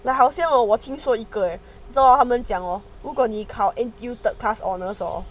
like 好像我我听说一个做他们讲 hor 如果你考 into N_T_U third class honor hor